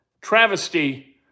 travesty